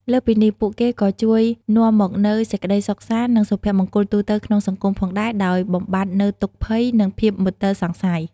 លើសពីនេះ ពួកគេក៏ជួយនាំមកនូវ សេចក្ដីសុខសាន្ត និងសុភមង្គលទូទៅក្នុងសង្គម ផងដែរ ដោយបំបាត់នូវទុក្ខភ័យ និងភាពមន្ទិលសង្ស័យ។